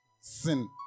Sin